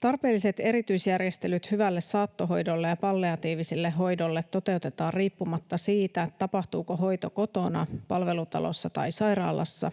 Tarpeelliset erityisjärjestelyt hyvälle saattohoidolle ja palliatiiviselle hoidolle toteutetaan riippumatta siitä, tapahtuuko hoito kotona, palvelutalossa tai sairaalassa,